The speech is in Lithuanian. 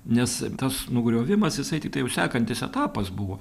nes tas nugriovimas jisai tiktai jau sekantis etapas buvo